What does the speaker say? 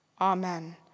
Amen